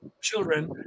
children